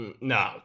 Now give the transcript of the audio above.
no